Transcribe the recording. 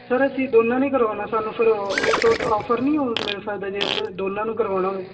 sir ਅਸੀਂ ਦੋਨਾਂ ਨੇ ਈ ਕਰਵੋਨਾ ਸਾਨੂੰ ਸਰ ਟੋਟ ਓਫਰ ਨੀ ਮਿਲ ਸਕਦਾ ਜੇ ਆਪਾਂ ਦੋਨਾਂ ਨੂੰ ਕਰਵੋਨਾ ਹੋਏ